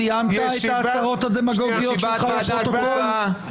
סיימת את ההצהרות הדמגוגיות שלך לפרוטוקול?